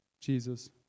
Jesus